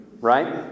right